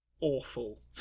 awful